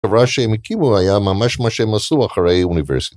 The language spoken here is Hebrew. החברה שהם הקימו, היה ממש מה שהם עשו אחרי אוניברסיטה.